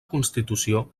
constitució